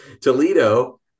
Toledo